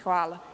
Hvala.